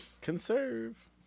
Conserve